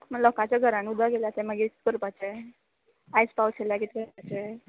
म्ह लोकाच्या घरान उदक येयला तें मागीर कितें करपाचें आयज पावस येयल्यार कितें करपाचें